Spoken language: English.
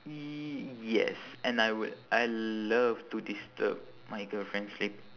yes and I would I love to disturb my girlfriend's sleep